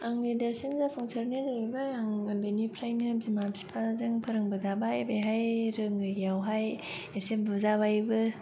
आंनि देरसिन जाफुंसारनाया जाहैबाय आं उन्दैनिफ्रायनो बिमा बिफाजों फोरोंबो जाबाय बेहाय रोङै आवहाय एसे बुजाबायबो